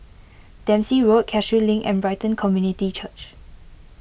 Dempsey Road Cashew Link and Brighton Community Church